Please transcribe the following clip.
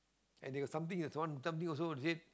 and they got something there's one something also they said